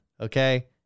okay